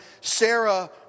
Sarah